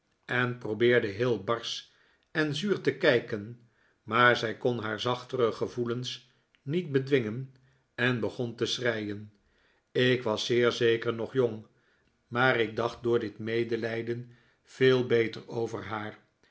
en probeerde heel barsch en zuur te kijken maar zij kon haar zachtere gevoelens niet bedwingen en begon te schreien ik was zeer zeker nog jong maar ik dacht door dit medelijden veel beter over haar